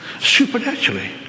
Supernaturally